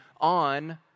on